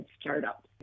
startups